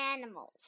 animals